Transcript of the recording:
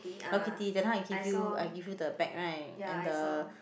Hello Kitty then I give you I give you the bag right and the